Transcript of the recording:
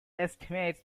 estimates